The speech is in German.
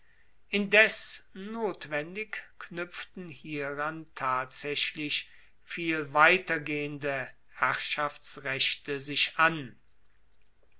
indes notwendig knuepften hieran tatsaechlich viel weitergehende herrschaftsrechte sich an